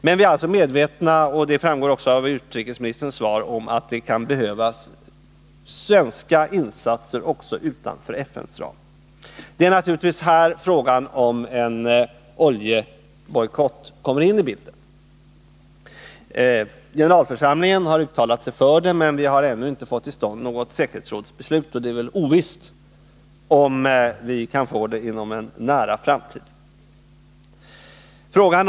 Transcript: Men vi är medvetna om — och det framgår också av utrikesministerns svar — att det kan behövas svenska insatser också utanför FN:s ram. Det är naturligtvis här som frågan om en oljebojkott kommer in i bilden. Generalförsamlingen har uttalat sig för den men vi har ännu inte fått till stånd något säkerhetsrådsbeslut, och det är ovisst om vi kan få det inom en nära framtid.